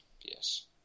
yes